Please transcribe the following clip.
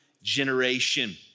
Generation